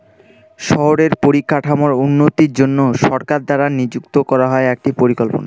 শহরের পরিকাঠামোর উন্নতির জন্য সরকার দ্বারা নিযুক্ত করা হয় একটি পরিকল্পনা